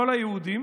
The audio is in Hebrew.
לא ליהודים,